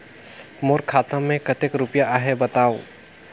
मोर खाता मे कतेक रुपिया आहे बताव?